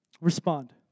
respond